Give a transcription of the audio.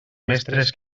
mestres